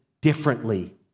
differently